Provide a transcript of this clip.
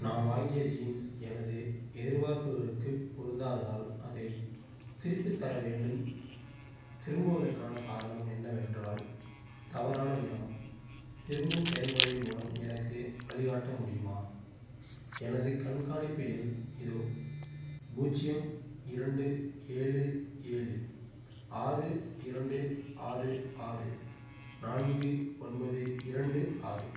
நான் வாங்கிய ஜீன்ஸ் எனது எதிர்பார்ப்புகளுக்குப் பொருந்தாததால் அதை திருப்பித் தர வேண்டும் திரும்புவதற்கான காரணம் என்னவென்றால் தவறான நிறம் திரும்பும் செயல்முறையின் மூலம் எனக்கு வழிகாட்ட முடியுமா எனது கண்காணிப்பு எண் இதோ பூஜ்ஜியம் இரண்டு ஏழு ஏழு ஆறு இரண்டு ஆறு ஆறு நான்கு ஒன்பது இரண்டு ஆறு